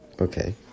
Okay